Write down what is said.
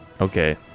Okay